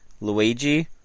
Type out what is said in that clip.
Luigi